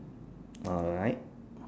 alright